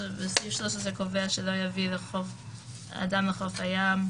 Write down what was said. סעיף 13 קובע שלא יביא אדם לתחום חוף הים,